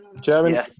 German